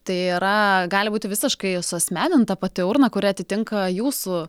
tai yra gali būti visiškai suasmeninta pati urna kuri atitinka jūsų